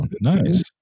Nice